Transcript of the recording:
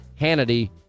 Hannity